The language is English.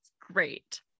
great